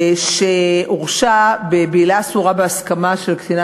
שהורשע בבעילה אסורה בהסכמה של קטינה